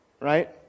right